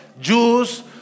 Jews